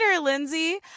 Lindsay